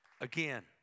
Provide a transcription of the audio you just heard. Again